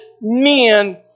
men